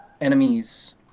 enemies